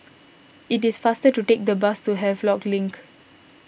it is faster to take the bus to Havelock Link